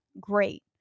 great